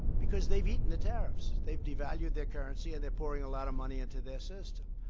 because they've eaten the tariffs. they've devalued their currency and they're pouring a lot of money into their system.